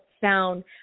sound